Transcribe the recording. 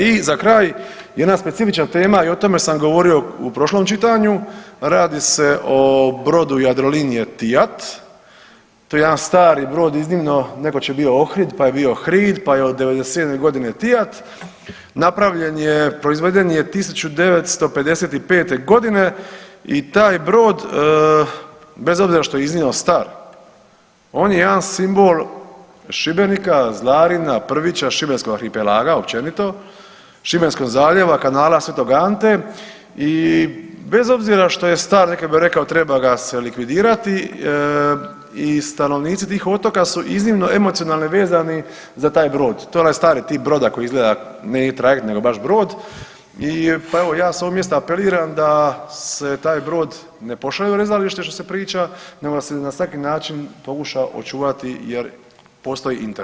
I za kraj jedna specifična tema i o tome sam govorio u prošlom čitanju, radi se o brodu Jadrolinije Tijat, to je jedan stari brod iznimno nekoć je bio Ohrid, pa je bio Hrid, pa je od '97.g. Tijat, napravljen je proizveden je 1955.g. i taj brod bez obzira što je iznimno star on je jedan simbol Šibenika, Zlarina, Prvića, Šibenskog arhipelaga općenito, Šibenskog zaljeva, Kanala sv. Ante i bez obzira što je star neko bi rekao treba ga se likvidirati i stanovnici tih otoka su iznimno emocionalno vezani za taj brod, to je onaj stari tip broda koji izgleda nije trajekt nego baš brod, pa evo ja s ovog mjesta apeliram da se taj brod ne pošalje u rezalište što se priča nego da se na svaki način pokuša očuvati jer postoji interes.